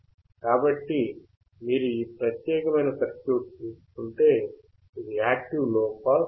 కాబట్టి మీరు ఈ ప్రత్యేకమైన సర్క్యూట్ తీసుకుంటే ఇది యాక్టివ్ లోపాస్ ఫిల్టర్